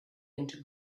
into